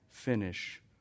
finish